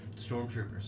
stormtroopers